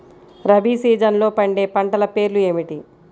రబీ సీజన్లో పండే పంటల పేర్లు ఏమిటి?